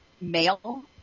male